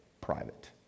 private